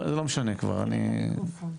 הסיפור